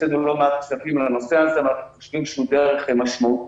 הוצאנו לא מעט כסף על הנושא הזה ואנחנו חושבים שהוא דרך משמעותית